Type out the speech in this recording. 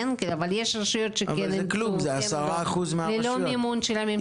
אבל יש רשויות שהן ללא מימון של הממשלה.